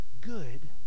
good